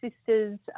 sisters